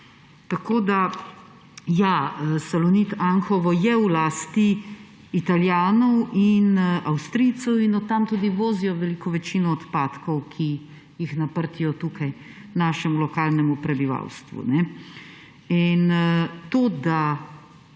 način. Salonit Anhovo je v lasti Italijanov in Avstrijcev in od tam tudi vozijo veliko večino odpadkov, ki jih naprtijo tukaj našemu lokalnemu prebivalstvu. To, da